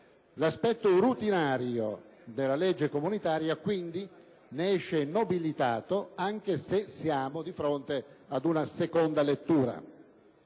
L'aspetto routinario della legge comunitaria, quindi, ne esce nobilitato, anche se siamo di fronte ad una seconda lettura.